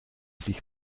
sich